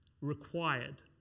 required